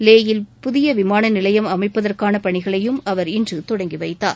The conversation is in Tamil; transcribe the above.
லே யில் புதிய விமான நிலையம் அமைப்பதற்கான பணிகளை அவர் இன்று தொடங்கி வைத்தார்